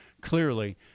clearly